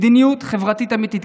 מדיניות חברתית אמיתית.